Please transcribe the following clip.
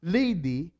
lady